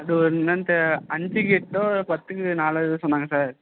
அது வந்து என்னெனு அஞ்சுக்கு எட்டோ பத்துக்கு நாலோ ஏதோ சொன்னாங்க சார்